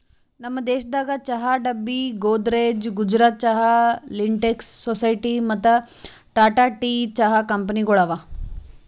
ನಮ್ ದೇಶದಾಗ್ ಚಹಾ ಡಬ್ಬಿ, ಗೋದ್ರೇಜ್, ಗುಜರಾತ್ ಚಹಾ, ಲಿಂಟೆಕ್ಸ್, ಸೊಸೈಟಿ ಮತ್ತ ಟಾಟಾ ಟೀ ಚಹಾ ಕಂಪನಿಗೊಳ್ ಅವಾ